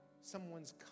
someone's